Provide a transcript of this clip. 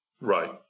Right